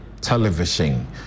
Television